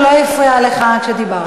הוא לא הפריע לך כשדיברת.